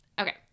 Okay